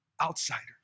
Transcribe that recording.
outsiders